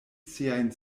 siajn